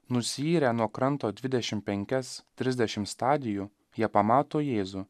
nusiyrę nuo kranto dvidešim penkias trisdešim stadijų jie pamato jėzų